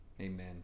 Amen